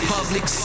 public